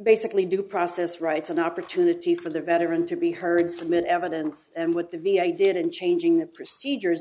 basically due process rights an opportunity for the veteran to be heard saman evidence and what the v a did in changing the procedures